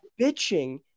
bitching